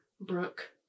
brooke